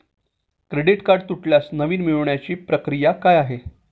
Credit card तुटल्यास नवीन मिळवण्याची प्रक्रिया काय आहे?